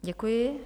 Děkuji.